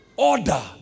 Order